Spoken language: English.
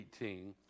18